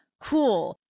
cool